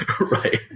Right